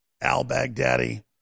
al-Baghdadi